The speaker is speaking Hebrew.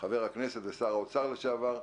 חבר הכנסת ושר האוצר לשעבר,